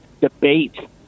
debate